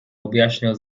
objaśniał